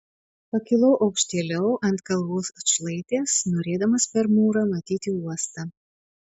pakilau aukštėliau ant kalvos atšlaitės norėdamas per mūrą matyti uostą